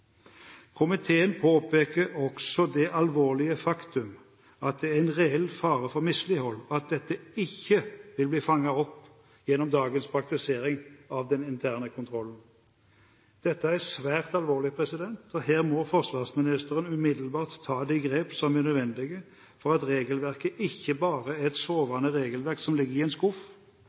Komiteen påpeker også det alvorlige faktum at det er en reell fare for mislighold, og at dette ikke vil bli fanget opp gjennom dagens praktisering av den interne kontrollen. Dette er svært alvorlig, og her må forsvarsministeren umiddelbart ta de grep som er nødvendige for at regelverket ikke bare skal være et sovende regelverk som ligger i en skuff,